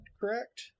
Correct